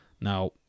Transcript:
Now